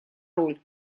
роль